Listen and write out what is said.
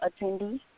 attendees